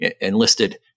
enlisted